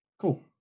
cool